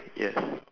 yes